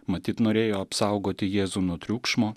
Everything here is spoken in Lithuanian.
matyt norėjo apsaugoti jėzų nuo triukšmo